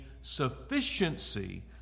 sufficiency